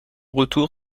retour